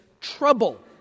trouble